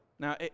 Now